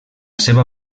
seva